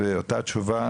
ואותה תשובה,